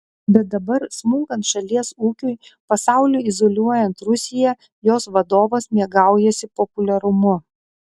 bet dabar smunkant šalies ūkiui pasauliui izoliuojant rusiją jos vadovas mėgaujasi populiarumu